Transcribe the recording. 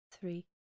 three